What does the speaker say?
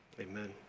amen